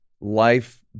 life